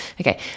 Okay